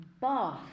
BATH